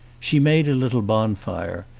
she made a little bonfire,